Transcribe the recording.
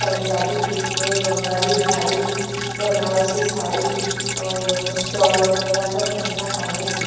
पंजाबी कुर्ते बंगाली साड़ी बनारसी साड़ी और शॉल वगैरह सब रखना चाहूँगी